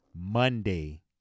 Monday